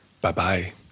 Bye-bye